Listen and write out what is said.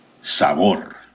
Sabor